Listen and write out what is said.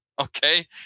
okay